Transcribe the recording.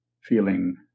feeling